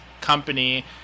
company